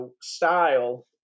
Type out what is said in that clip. style